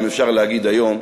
אם אפשר להגיד היום,